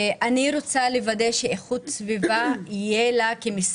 אני רוצה לוודא שאיכות סביבה כמשרד